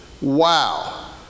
Wow